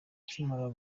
ikimara